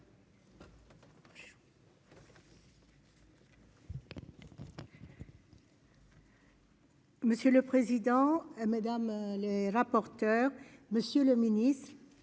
Monsieur le président, mesdames les rapporteurs, monsieur le ministre,